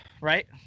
right